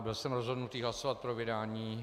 Byl jsem rozhodnutý hlasovat pro vydání.